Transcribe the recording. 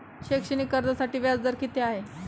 शैक्षणिक कर्जासाठी व्याज दर किती आहे?